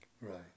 Right